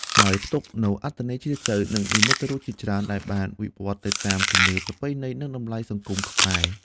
ហើយផ្ទុកនូវអត្ថន័យជ្រាលជ្រៅ និងនិមិត្តរូបជាច្រើន ដែលបានវិវត្តន៍ទៅតាមជំនឿ ប្រពៃណី និងតម្លៃសង្គមខ្មែរ។